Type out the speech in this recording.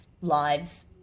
lives